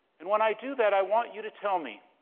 and when i do that, i want you to tell me,